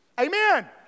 Amen